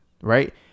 right